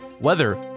weather